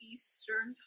Eastern